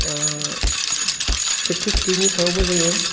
practice गैयिनि सायावबो जाहैयो